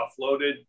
offloaded